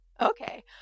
okay